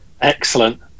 excellent